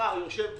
מחר יושב באוצר,